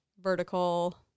vertical